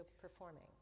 performing